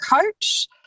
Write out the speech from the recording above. coach